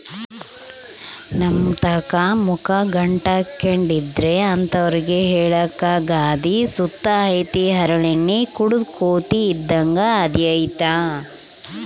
ನಮ್ತಾಕ ಮಕ ಗಂಟಾಕ್ಕೆಂಡಿದ್ರ ಅಂತರ್ಗೆ ಹೇಳಾಕ ಗಾದೆ ಸುತ ಐತೆ ಹರಳೆಣ್ಣೆ ಕುಡುದ್ ಕೋತಿ ಇದ್ದಂಗ್ ಅದಿಯಂತ